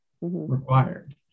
required